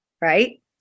right